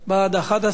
התשע"ב 2012, נתקבל.